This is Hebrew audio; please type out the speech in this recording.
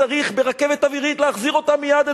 צריך ברכבת אווירית להחזיר אותם מייד,